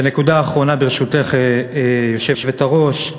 ונקודה אחרונה, ברשותך, היושבת-ראש.